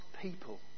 people